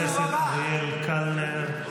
חבר הכנסת אריאל קלנר,